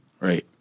right